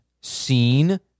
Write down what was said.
seen